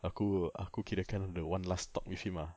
aku aku kirakan the one last talk with him ah